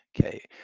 Okay